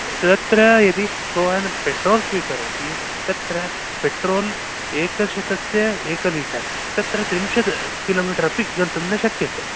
तत्र यदि भवान् पेट्रोल् स्वीकरोति तत्र पेट्रोल् एकशतस्य एक लीटर् तत्र त्रिंशत् किलोमीटर् अपि गन्तुं न शक्यते